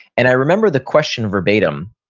and i remember the question verbatim,